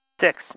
Six